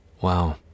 Wow